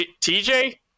TJ